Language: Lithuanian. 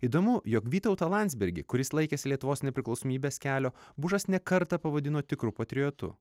įdomu jog vytautą landsbergį kuris laikėsi lietuvos nepriklausomybės kelio bušas ne kartą pavadino tikru patriotu